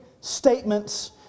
statements